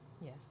yes